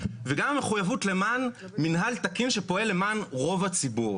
וגם המחויבות למען מנהל תקין שפועל למען רוב הציבור.